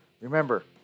Remember